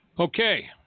Okay